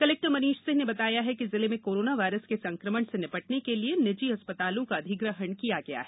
collector Manish Singh ने बताया है कि जिले में कोरोना वायरस के संकमण से निपटने के लिए निजी अस्पतालों का अधिग्रहण किया गया है